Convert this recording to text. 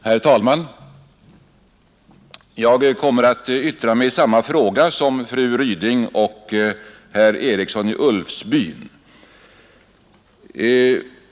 Herr talman! Jag kommer att yttra mig i samma fråga som fru Ryding och herr Eriksson i Ulfsbyn.